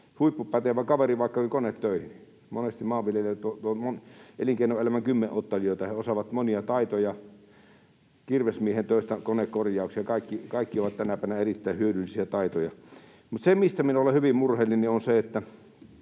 huippupätevä kaveri vaikka konetöihin. Monesti maanviljelijät ovat elinkeinoelämän kymmenottelijoita. He osaavat monia taitoja kirvesmiehen töistä konekorjaukseen, ja kaikki ovat tänä päivänä erittäin hyödyllisiä taitoja. Se, mistä minä olen hyvin murheellinen, on se, että